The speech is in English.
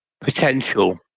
potential